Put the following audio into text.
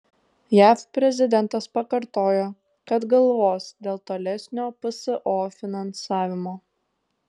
jav prezidentas pakartojo kad galvos dėl tolesnio pso finansavimo